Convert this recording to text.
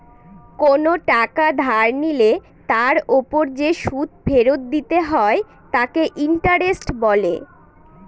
কোন টাকা ধার নিলে তার ওপর যে সুদ ফেরত দিতে হয় তাকে ইন্টারেস্ট বলে